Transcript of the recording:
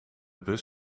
bus